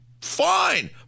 Fine